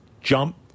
jump